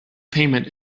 payment